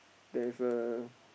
there is a